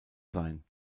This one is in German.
sein